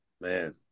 man